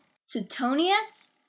Suetonius